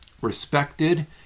respected